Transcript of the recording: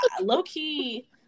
low-key